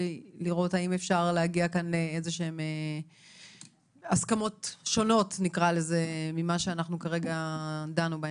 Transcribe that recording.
לראות האם אפשר להגיע כאן לאיזה הסכמות שונות ממה שכרגע דנו בהן?